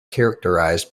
characterized